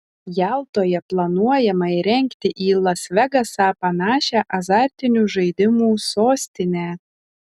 jaltoje planuojama įrengti į las vegasą panašią azartinių žaidimų sostinę